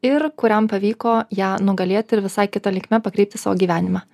ir kuriam pavyko ją nugalėt ir visai kita linkme pakreipti savo gyvenimą